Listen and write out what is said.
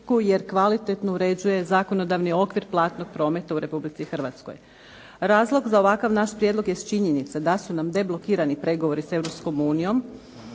Hvala.